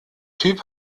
typ